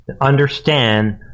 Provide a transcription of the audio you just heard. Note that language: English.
understand